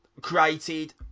created